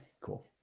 cool